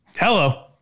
Hello